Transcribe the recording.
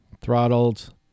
Throttled